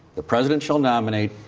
the president shall nominate.